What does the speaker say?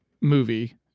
movie